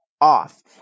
off